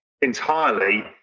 entirely